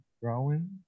drawing